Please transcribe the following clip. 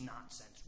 nonsense